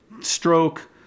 stroke